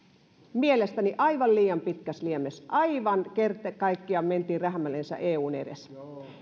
mielestäni aivan liian pitkässä liemessä aivan kerta kaikkiaan mentiin rähmällensä eun edessä